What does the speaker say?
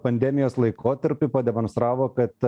pandemijos laikotarpį pademonstravo kad